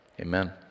Amen